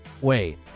wait